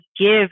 give